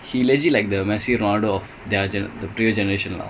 like